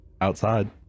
outside